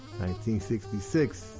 1966